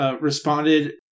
responded